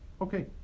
Okay